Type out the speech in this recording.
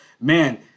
man